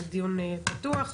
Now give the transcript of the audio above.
הדיון פתוח.